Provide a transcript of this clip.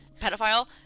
pedophile